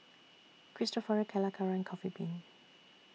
Cristofori Calacara Coffee Bean